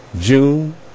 June